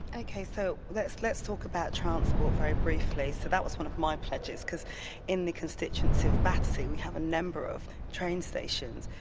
okay, so let's let's talk about transport very briefly, so that was one of my pledges because in the constituency of battersea we have a number of train stations,